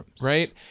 Right